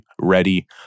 ready